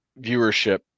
viewership